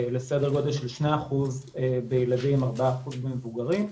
לסדר גודל של 2% בילדים, 4% במבוגרים.